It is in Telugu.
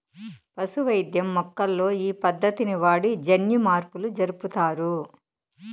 పశు వైద్యం మొక్కల్లో ఈ పద్దతిని వాడి జన్యుమార్పులు జరుపుతారు